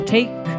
Take